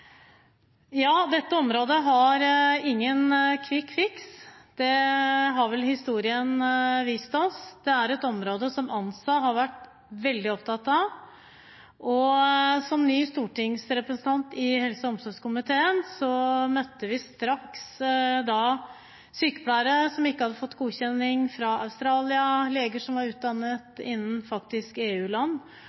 har vel historien vist oss. Det er et område som ANSA har vært veldig opptatt av. Som nye stortingsrepresentanter i helse- og omsorgskomiteen møtte vi straks sykepleiere som ikke hadde fått godkjenning av utdanning fra Australia, leger som var utdannet innen